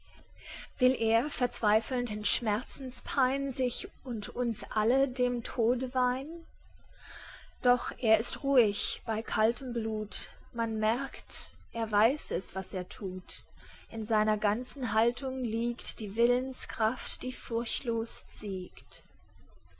will er verzweifelnd in schmerzenspein sich und uns alle dem tode weihn doch er ist ruhig bei kaltem blut man merkt er weiß es was er thut in seiner ganzen haltung liegt die willenskraft die furchtlos siegt